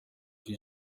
kwi